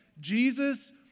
Jesus